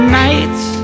nights